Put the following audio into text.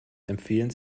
empfehlen